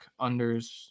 unders